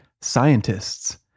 Scientists